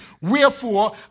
Wherefore